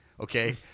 Okay